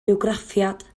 bywgraffiad